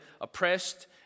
oppressed